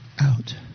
out